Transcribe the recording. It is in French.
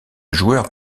joueur